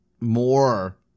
more